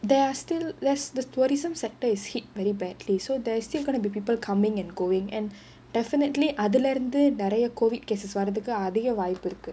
there are still less the tourism sector is hit very badly so there are still gonna be people coming and going and definitely அதுலேர்ந்து நிறைய:athulaerndhu niraiya COVID cases வரதுக்கு அதிக வாயிப்பு இருக்கு:varathukku athiga vaayippu irukku